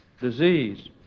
disease